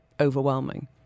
overwhelming